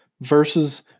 versus